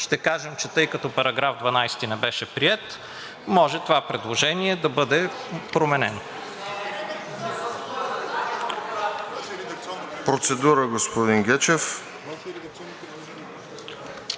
ще кажем, че тъй като § 12 не беше приет, може това предложение да бъде променено.